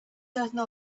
certain